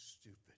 stupid